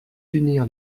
unir